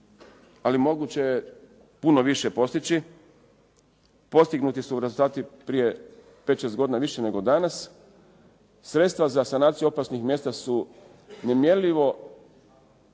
ali moguće je puno više postići. Postignuti su rezultati prije pet, šest godina više nego danas. Sredstva za sanaciju opasnih mjesta su nemjerljivo